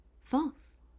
false